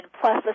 plus